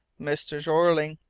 mr. jeorling,